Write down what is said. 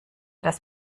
das